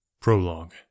Prologue